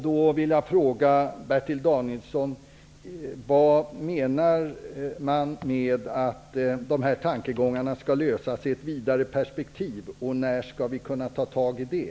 Då vill jag fråga Bertil Danielsson: Vad menas med att denna fråga skall lösas i ett vidare perspektiv, och när blir det aktuellt?